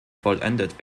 vollendet